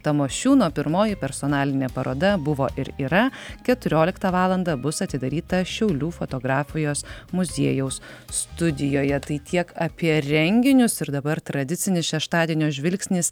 tamošiūno pirmoji personalinė paroda buvo ir yra keturioliktą valandą bus atidaryta šiaulių fotografijos muziejaus studijoje tai tiek apie renginius ir dabar tradicinis šeštadienio žvilgsnis